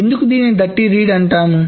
ఎందుకు దీనిని dirty read అంటాము